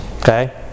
Okay